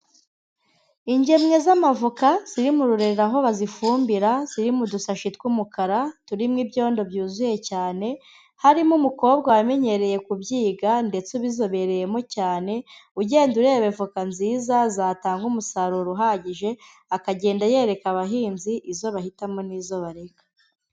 Ingemwe z'amavoka ziri mu rurera aho bazifumbira, ziri mu dusashi tw'umukara turimo ibyondo byuzuye cyane, harimo umukobwa wamenyereye kubyiga ndetse ubizobereyemo cyane, ugenda ureba evoka nziza zatanga umusaruro uhagije, akagenda yereka abahinzi izo bahitamo n'izo bareka.